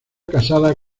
casada